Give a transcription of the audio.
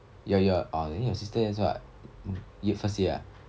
ya you're ah then your sister that's what first year ah